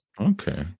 Okay